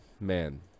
man